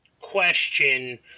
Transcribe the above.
question